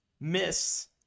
miss